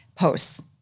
posts